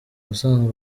ubusanzwe